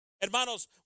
Hermanos